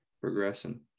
progressing